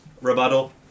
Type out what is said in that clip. rebuttal